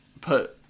put